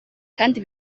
kandi